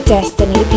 Destiny